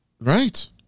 right